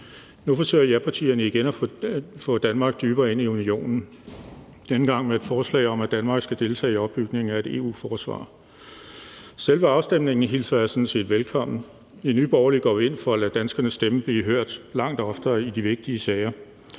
Nu forsøger japartierne igen at få Danmark dybere ind i unionen – denne gang med et forslag om, at Danmark skal deltage i opbygningen af et EU-forsvar. Selve afstemningen hilser jeg sådan set velkommen. I Nye Borgerlige går vi ind for at lade danskernes stemme blive hørt langt oftere i de vigtige sager,